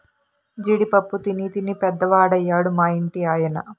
జీడి పప్పు తినీ తినీ పెద్దవాడయ్యాడు మా ఇంటి ఆయన